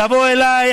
תבוא אליי,